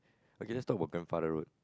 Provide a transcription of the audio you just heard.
okay let's talk about grandfather road